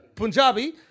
Punjabi